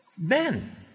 men